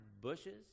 bushes